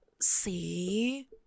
See